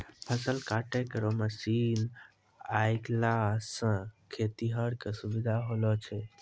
फसल काटै केरो मसीन आएला सें खेतिहर क सुबिधा होलो छै